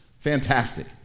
fantastic